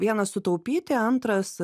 vienas sutaupyti antras